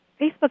Facebook